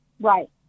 Right